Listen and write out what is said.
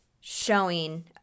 showing